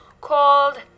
called